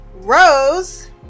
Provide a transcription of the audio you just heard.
rose